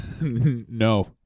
No